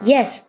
Yes